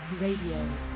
Radio